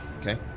Okay